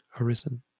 arisen